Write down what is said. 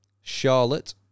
Charlotte